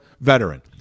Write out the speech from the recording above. veteran